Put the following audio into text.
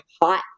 hot